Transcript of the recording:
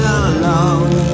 alone